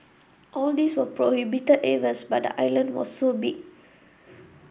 all these were prohibited areas but the island was so big